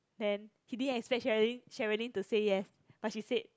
then he didn't expect Sherilyn Sherilyn to say yes but she said